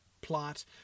plot